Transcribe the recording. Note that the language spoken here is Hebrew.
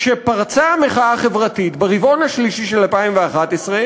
כשפרצה המחאה החברתית, ברבעון השלישי של 2011,